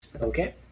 Okay